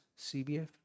CBF